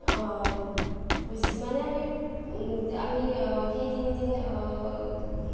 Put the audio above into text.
যিমানে আমি আমি সেই তিনিদিন